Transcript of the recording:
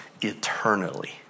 eternally